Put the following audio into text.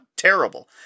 Terrible